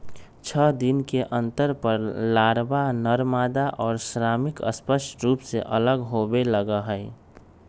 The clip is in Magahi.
छः दिन के अंतर पर लारवा, नरमादा और श्रमिक स्पष्ट रूप से अलग होवे लगा हई